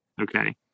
Okay